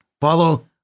follow